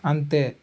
అంతే